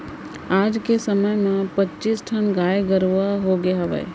आज के समे म पच्चीस ठन गाय गरूवा होगे हवय